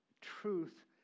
truth